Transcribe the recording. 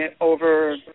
over